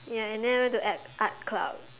ya and then I went to act art club